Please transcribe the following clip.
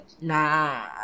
nah